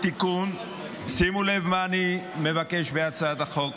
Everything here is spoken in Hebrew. (תיקון) שימו לב מה אני מבקש בהצעת החוק,